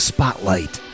Spotlight